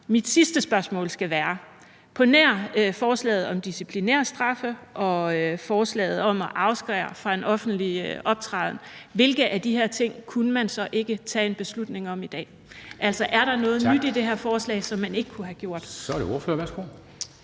Mit sidste spørgsmål skal være: På nær forslaget om disciplinærstraffe og forslaget om at afskære fra en offentlig optræden, hvilke af de her ting kunne man så ikke tage en beslutning om i dag? Altså er der noget nyt i det her forslag, som man ikke kunne have gjort? Kl. 14:07 Formanden (Henrik